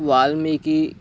वाल्मीकिः